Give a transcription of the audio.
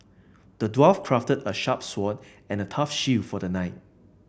the dwarf crafted a sharp sword and a tough shield for the knight